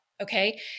okay